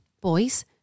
boys